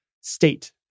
state